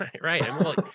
Right